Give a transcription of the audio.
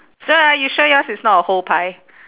sure ah you sure yours is not a whole pie